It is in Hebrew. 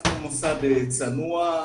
אנחנו מוסד צנוע,